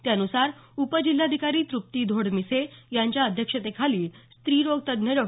त्यानुसार उपजिल्हाधिकारप तृप्ती धोडमिसे यांच्या अध्यक्षतेखाली स्त्री रोग तज्ज्ञ डॉ